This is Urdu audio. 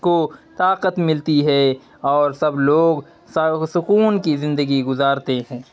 کو طاقت ملتی ہے اور سب لوگ سکون کی زندگی گزارتے ہیں